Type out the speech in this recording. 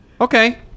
okay